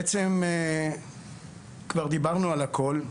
בעצם כבר דיברנו על הכל,